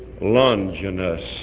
Longinus